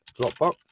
Dropbox